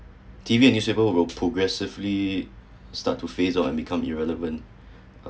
T_V and newspaper would progressively start to face on become irrelevant uh